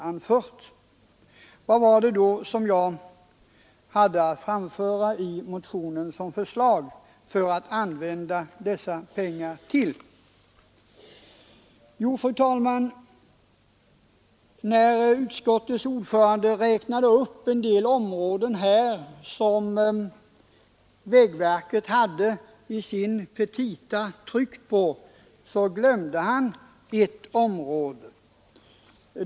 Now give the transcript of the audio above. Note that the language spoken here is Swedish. Vilka områden var det då som jag hade att föreslå för användningen av dessa pengar? Jo, fru talman, när utskottets ordförande räknade upp en del områden som vägverket hade tryckt på i sina petita så glömde han ett område.